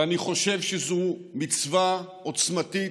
אני חושב שזו מצווה עוצמתית,